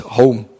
home